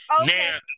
Now